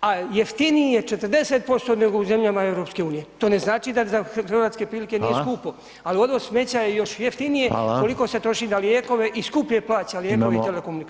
a jeftiniji je 40% nego u zemljama EU-a, to ne znači da hrvatske prilike nije skupo ali odvoz smeća je još jeftinije koliko se troši na lijekove i skuplje plaća lijekove i telekomunikacije.